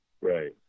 Right